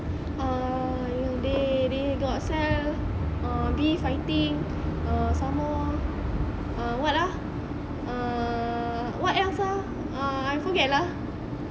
ah they they got sell ah beef I think ah somemore ah what ah ah what else ah ah I forget lah